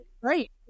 great